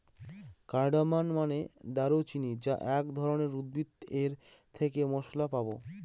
cardamom মানে দারুচিনি যা এক ধরনের উদ্ভিদ এর থেকে মসলা পাবো